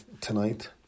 tonight